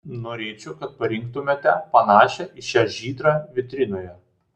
norėčiau kad parinktumėte panašią į šią žydrą vitrinoje